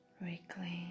reclaim